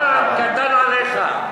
אפילו בלעם קטן עליך.